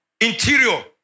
interior